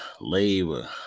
labor